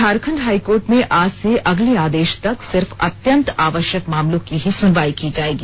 Jharkhand high court में आज से अगले आदेश तक सिर्फ अत्यंत आवश्यक मामलों की ही सुनवाई की जाएगी